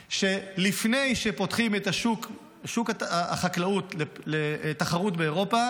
שלפני שפותחים את שוק החקלאות לתחרות באירופה,